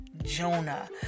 Jonah